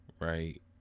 right